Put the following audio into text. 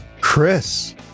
Chris